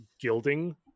gilding